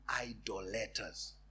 idolaters